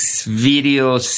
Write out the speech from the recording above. video